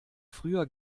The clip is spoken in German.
früher